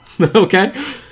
Okay